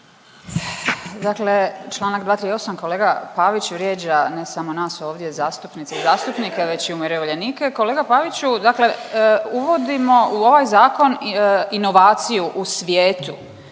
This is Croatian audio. Dakle, Članak 238., kolega Pavić vrijeđa ne samo nas ovdje zastupnice i zastupnike već i umirovljenike. Kolega Paviću, dakle uvodimo u ovaj zakon inovaciju u svijetu.